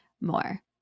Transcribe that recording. more